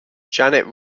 janet